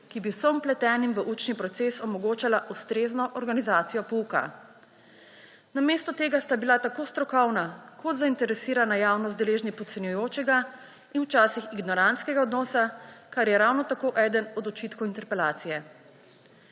ki bi vsem vpletenim v učni proces omogočali ustrezno organizacijo pouka. Namesto tega sta bila tako strokovna kot zainteresirana javnost deležni podcenjujočega in včasih ignorantskega odnosa, kar je ravno tako eden od očitkov interpelacije.